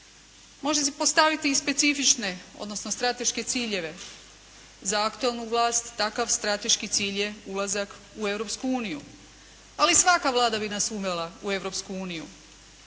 Može se postaviti i specifične odnosno strateške ciljeve. Za aktualnu vlast takav strateški cilj je ulazak u Europsku uniju. Ali svaka vlada bi nas uvela u